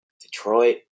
Detroit